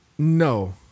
No